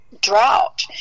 drought